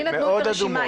לי נתנו את הרשימה,